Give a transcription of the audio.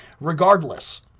Regardless